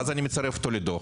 ואז אני מצרף אותו לדו"ח,